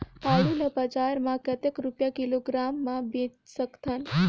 आलू ला बजार मां कतेक रुपिया किलोग्राम म बेच सकथन?